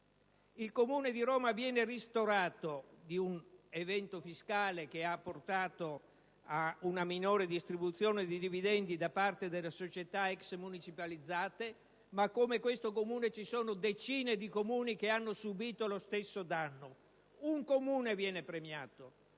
Il Comune di Roma viene ristorato di un evento fiscale che ha portato a una minore distribuzione di dividendi da parte delle società ex municipalizzate, ma come questo Comune ce ne sono decine che hanno subìto lo stesso danno. Un solo Comune viene premiato